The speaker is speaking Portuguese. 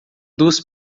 duas